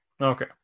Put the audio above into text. Okay